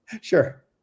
sure